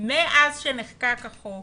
מאז נחקק החוק